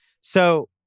So-